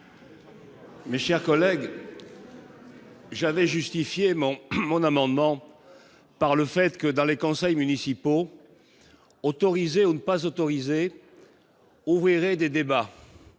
Mes chers collègues. J'avais justifier mon mon amendement par le fait que dans les conseils municipaux autorisés ou ne pas autoriser ouvrirait des débats